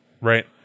Right